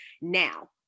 now